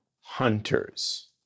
Hunters